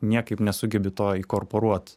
niekaip nesugebi to įkorporuot